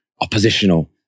oppositional